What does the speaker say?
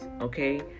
okay